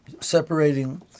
separating